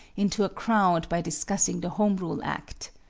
into a crowd by discussing the home rule act.